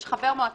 יש חבר מועצה,